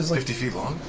fifty feet long?